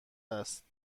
است